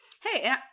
Hey